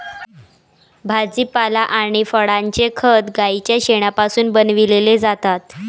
भाजीपाला आणि फळांचे खत गाईच्या शेणापासून बनविलेले जातात